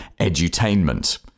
edutainment